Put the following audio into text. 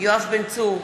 יואב בן צור,